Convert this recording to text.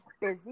busy